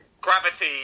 gravity